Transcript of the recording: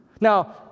Now